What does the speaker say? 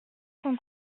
qu’on